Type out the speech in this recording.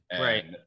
Right